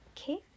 okay